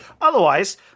Otherwise